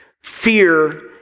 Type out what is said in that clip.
Fear